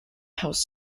house